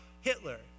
Hitler